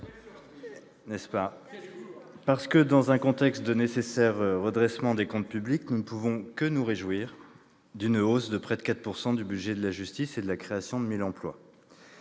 humour ! Dans un contexte de nécessaire redressement des comptes publics, nous ne pouvons que nous réjouir d'une hausse de près de 4 % du budget de la justice et de la création de 1 000 emplois.